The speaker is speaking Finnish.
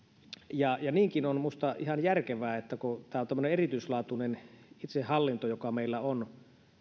ja ja niinkin on minusta ihan järkevää että kun tämä on tuommoinen erityislaatuinen itsehallinto joka meillä on